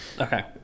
Okay